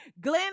Glenn